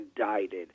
indicted